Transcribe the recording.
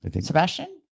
Sebastian